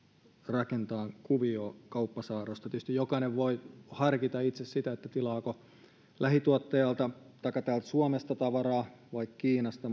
rakentaa kuviota kauppasaarrosta tietysti jokainen voi harkita itse sitä tilaako lähituottajalta taikka täältä suomesta tavaraa vai kiinasta